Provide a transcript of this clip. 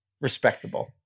Respectable